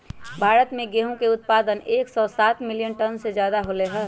भारत में गेहूं के उत्पादन एकसौ सात मिलियन टन से ज्यादा होलय है